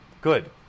good